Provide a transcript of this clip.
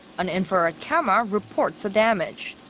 an infrared camera reports the damage.